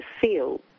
feel